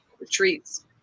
retreats